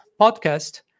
podcast